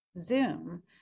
Zoom